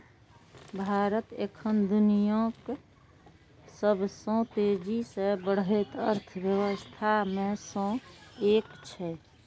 भारत एखन दुनियाक सबसं तेजी सं बढ़ैत अर्थव्यवस्था मे सं एक छै